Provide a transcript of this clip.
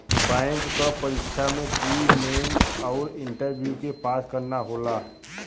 bank क परीक्षा में प्री, मेन आउर इंटरव्यू के पास करना होला